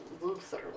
luther